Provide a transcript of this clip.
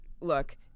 Look